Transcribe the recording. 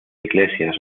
iglesias